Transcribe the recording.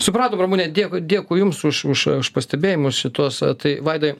supratom ramune dėkui dėkui jums už už už pastebėjimus šituos tai vadai